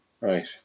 Right